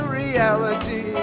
reality